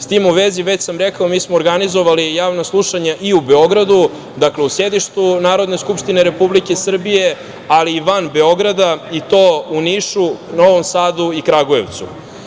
S tim u vezi, već sam rekao, mi smo organizovali javna slušanja i u Beogradu, dakle, u sedištu Narodne skupštine Republike Srbije, ali i van Beograda, i to u Nišu, Novom Sadu i Kragujevcu.